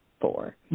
four